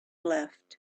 left